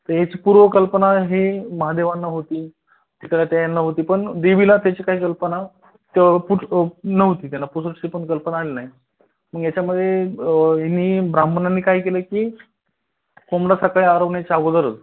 तर याची पूर्वकल्पना हे महादेवांना होती तिकडे त्यांना होती पण देवीला त्याची काही कल्पना टिपुस नव्हती त्यांना पुसटशीपण कल्पना आली नाही मग याच्यामध्ये हे ब्राह्मणांनी काय केलं की कोंबडा सकाळी आरवण्याच्या अगोदरच